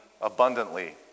abundantly